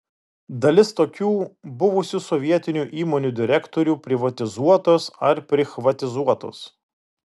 dalis tokių buvusių sovietinių įmonių direktorių privatizuotos ar prichvatizuotos